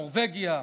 נורבגיה,